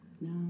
No